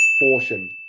portion